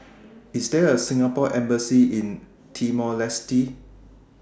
IS There A Singapore Embassy in Timor Leste